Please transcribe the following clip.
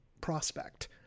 prospect